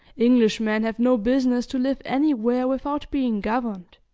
englishmen have no business to live anywhere without being governed,